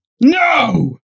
No